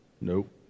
Nope